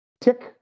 tick